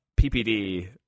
ppd